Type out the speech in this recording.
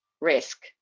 risk